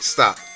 Stop